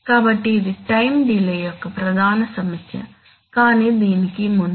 కాబట్టి ఇది time delay యొక్క ప్రధాన సమస్య కాని దీనికి ముందు